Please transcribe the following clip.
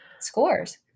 scores